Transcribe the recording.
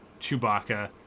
Chewbacca